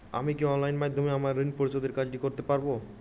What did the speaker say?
আমি কি অনলাইন মাধ্যমে আমার ঋণ পরিশোধের কাজটি করতে পারব?